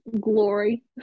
glory